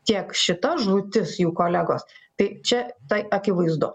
tiek šita žūtis jų kolegos tai čia tai akivaizdu